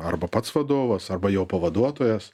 arba pats vadovas arba jo pavaduotojas